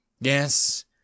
yes